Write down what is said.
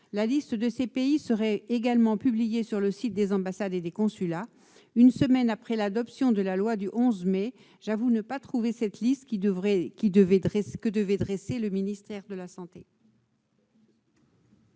La liste de ces pays serait également publiée sur le site des ambassades et des consulats- une semaine après l'adoption de la loi du 11 mai, j'avoue ne pas avoir trouvé cette liste, monsieur le secrétaire d'État